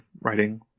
writing